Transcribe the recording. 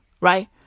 Right